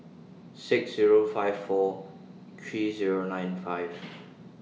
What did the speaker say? six Zero five four three Zero nine five